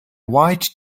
white